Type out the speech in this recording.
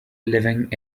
living